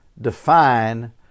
define